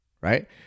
right